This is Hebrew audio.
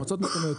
מועצות מקומיות,